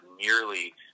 nearly